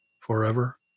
forever